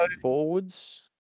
Forwards